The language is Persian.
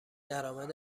درآمد